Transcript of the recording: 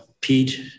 Pete